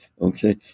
okay